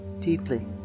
deeply